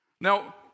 Now